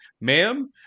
ma'am